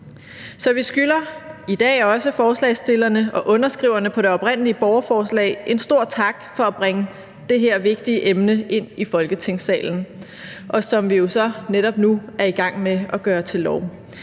Så vi skylder også i dag forslagsstillerne og underskriverne på det oprindelige borgerforslag en stor tak for at bringe det her vigtige emne ind i Folketingssalen, som vi jo så netop nu er i gang med at gøre til lov.